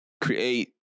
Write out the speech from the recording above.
create